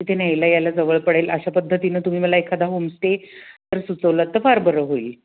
तिथे नेला यायला जवळ पडेल अशा पद्धतीनं तुम्ही मला एखादा होम स्टे जर सुचवलात तर फार बरं होईल